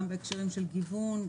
גם בהקשרים של גיוון,